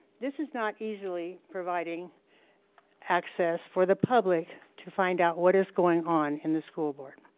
this is not easily providing access for the public to find out what is going on in the school board.